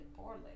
poorly